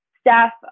staff